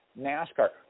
NASCAR